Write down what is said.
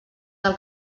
del